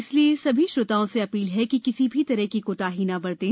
इसलिए सभी श्रोताओं से अधील है कि किसी भी तरह की कोताही न बरतें